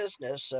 business